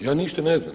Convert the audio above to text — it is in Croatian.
Ja ništa ne znam.